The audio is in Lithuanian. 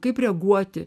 kaip reaguoti